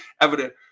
evident